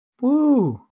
Woo